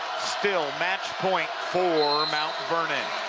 still, match point for mount vernon.